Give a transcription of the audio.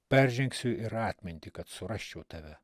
peržengsiu ir atmintį kad surasčiau tave